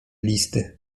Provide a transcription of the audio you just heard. listy